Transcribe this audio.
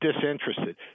disinterested